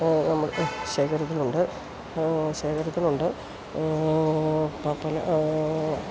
നമ്മളുടെ ശേഖരത്തിലുണ്ട് ശേഖരത്തിലുണ്ട് പല